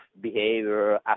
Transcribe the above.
behavior